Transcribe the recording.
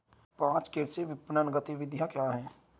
पाँच कृषि विपणन गतिविधियाँ क्या हैं?